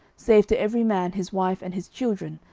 save to every man his wife and his children,